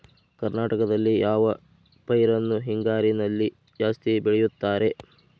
ಕರ್ನಾಟಕದಲ್ಲಿ ಯಾವ ಪೈರನ್ನು ಹಿಂಗಾರಿನಲ್ಲಿ ಜಾಸ್ತಿ ಬೆಳೆಯುತ್ತಾರೆ?